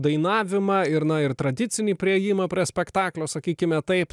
dainavimą ir na ir tradicinį priėjimą prie spektaklio sakykime taip